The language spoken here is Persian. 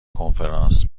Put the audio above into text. کنفرانس